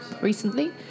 recently